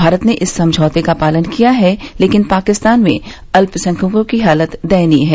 भारत ने इस समझौते का पालन किया है लेकिन पाकिस्तान में अत्यसंख्यकों की हालत दयनीय है